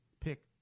pick